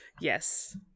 Yes